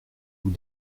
vous